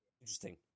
Interesting